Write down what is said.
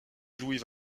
louis